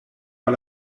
par